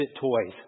toys